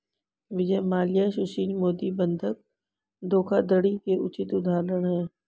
विजय माल्या सुशील मोदी बंधक धोखाधड़ी के उचित उदाहरण है